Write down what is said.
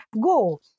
Go